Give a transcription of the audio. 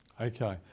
Okay